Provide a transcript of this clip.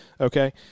okay